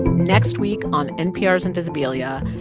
next week on npr's invisibilia,